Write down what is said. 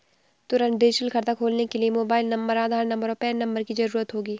तुंरत डिजिटल खाता खोलने के लिए मोबाइल नंबर, आधार नंबर, और पेन नंबर की ज़रूरत होगी